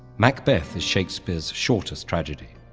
macbeth is shakespeare's shortest tragedy.